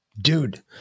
dude